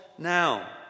Now